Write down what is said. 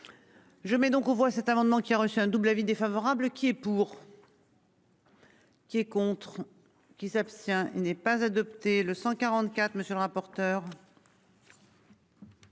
Je mets donc aux voix cet amendement qui a reçu un double avis défavorable qui est pour. Qui est contre qui s'abstient n'est pas adopté le 144 monsieur le rapporteur.